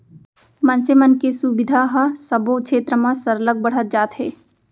मनसे मन के सुबिधा ह सबो छेत्र म सरलग बढ़त जात हे